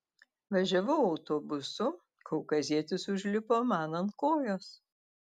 važiavau autobusu kaukazietis užlipo man ant kojos